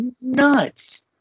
Nuts